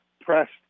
pressed